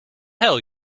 hell